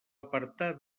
apartar